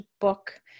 book